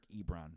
Ebron